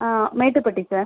Mettupatti sir